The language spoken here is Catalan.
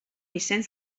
vicenç